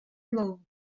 loo